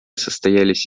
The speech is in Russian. состоялись